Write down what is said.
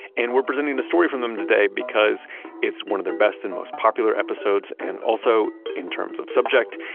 and we're presenting a story from them today because it's one of their best and most popular episodes. and also, in terms of subject,